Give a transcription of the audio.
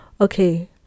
okay